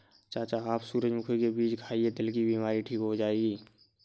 चाचा आप सूरजमुखी के बीज खाइए, दिल की बीमारी ठीक हो जाएगी